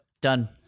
Done